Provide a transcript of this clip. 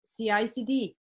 CICD